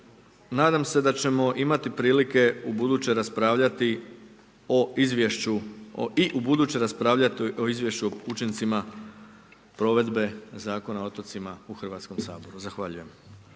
nadam se da ćemo imati prilike i ubuduće raspravljati o izvješću o učincima provedbe Zakona o otocima u Hrvatskom saboru. Zahvaljujem.